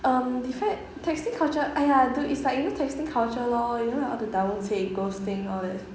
um define texting culture !aiya! dude it's like you know texting culture lor you know like all the double ticks ghosting all that